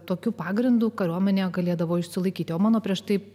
tokiu pagrindu kariuomenė galėdavo išsilaikyti o mano prieš tai